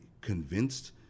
convinced